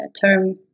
term